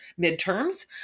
midterms